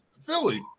Philly